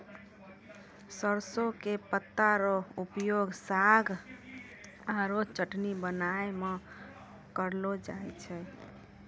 सरसों के पत्ता रो उपयोग साग आरो चटनी बनाय मॅ करलो जाय छै